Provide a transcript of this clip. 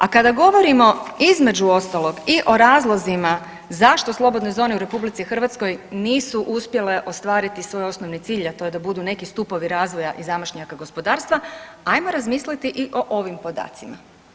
A kada govorimo između ostalog i o razlozima zašto slobodne zone u Republici Hrvatskoj nisu uspjele ostvariti svoj osnovni cilj, a to je da budu neki stupovi razvoja i zamašnjaka gospodarstva hajmo razmisliti i o ovim podacima.